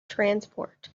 transport